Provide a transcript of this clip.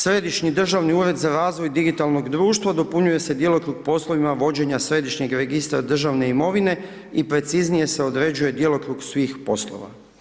Središnji državni ured za razvoj digitalnog društva, dopunjuje se djelokrug poslovima vođenja središnjeg registra državne imovine i preciznije se određuje djelokrug svih poslova.